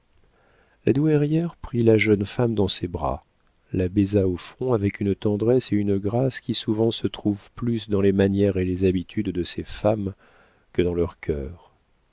la douairière prit la jeune femme dans ses bras la baisa au front avec une tendresse et une grâce qui souvent se trouvent plus dans les manières et les habitudes de ces femmes que dans leur cœur